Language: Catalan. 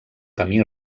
camí